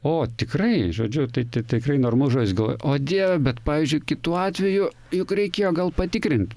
o tikrai žodžiu tai tikrai normalus žodis o dieve bet pavyzdžiui kitu atveju juk reikėjo gal patikrint